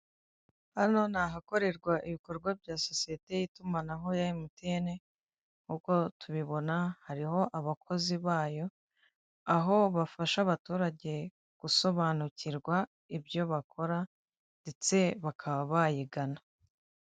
Hano nii ahakorerwa ibikorwa bya sosiyete y'itumanaho ya emutiyene nk'uko tubibona hariho abakozi bayo aho bafasha abaturage gusobanukirwa, ibyo bakora ndetse bakaba bayigana.